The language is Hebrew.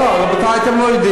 לא, לא, רבותי, אתם לא יודעים.